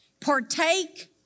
Partake